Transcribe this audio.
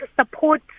support